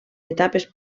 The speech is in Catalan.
etapes